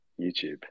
YouTube